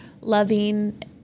loving